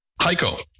Heiko